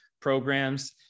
programs